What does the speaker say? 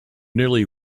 nearly